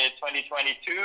2022